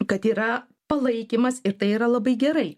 kad yra palaikymas ir tai yra labai gerai